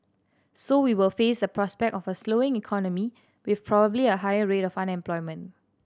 so we will face the prospect of a slowing economy with probably a higher rate of unemployment